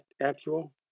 actual